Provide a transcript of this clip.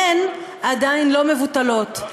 הן עדיין לא מבוטלות.